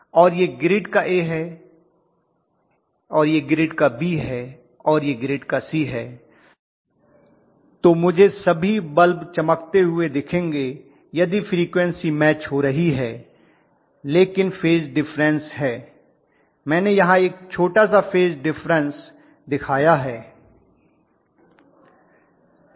और यह ग्रिड का A है और यह ग्रिड का B है और और यह ग्रिड का C है तो मुझे सभी बल्ब चमकते हुए दिखेंगे यदि फ्रीक्वन्सी मैच हो रही है लेकिन फेज डिफरन्स है मैंने यहाँ एक छोटा सा फेज डिफरन्स दिखाया है